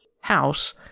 House